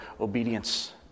obedience